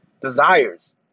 desires